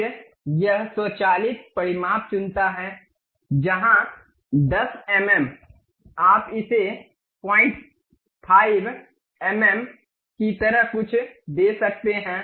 फिर यह स्वचालित परिमाप चुनता है जहां 10 एम एम आप इसे 05 एम एम की तरह कुछ दे सकते हैं